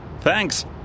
Thanks